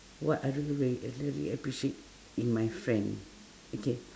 what I really really really appreciate in my friend okay